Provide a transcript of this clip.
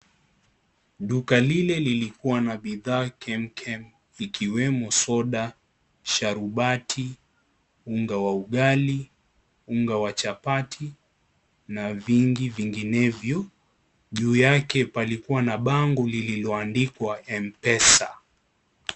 Duka lile lilikuwa na bidhaa kemkem ikiwemo soda, sharubati, unga waugali ,unga wa chapati na vingi vinginevyo, juu yake palikiwa na bango lilioandikwa MPESA.